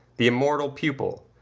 the immortal pupil,